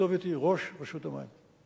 הכתובת היא ראש רשות המים.